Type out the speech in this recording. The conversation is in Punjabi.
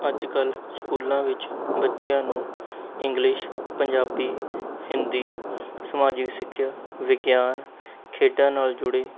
ਅੱਜ ਕੱਲ੍ਹ ਸਕੂਲਾਂ ਵਿੱਚ ਬੱਚਿਆਂ ਨੂੰ ਇੰਗਲਿਸ਼ ਪੰਜਾਬੀ ਹਿੰਦੀ ਸਮਾਜਿਕ ਸਿੱਖਿਆ ਵਿਗਿਆਨ ਖੇਡਾਂ ਨਾਲ਼ ਜੁੜੀ